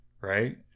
right